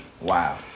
Wow